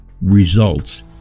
results